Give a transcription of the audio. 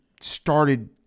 started